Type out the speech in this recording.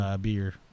beer